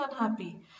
unhappy